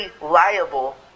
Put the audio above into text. liable